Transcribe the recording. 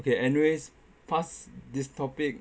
okay anyways pass this topic